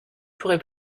pourrai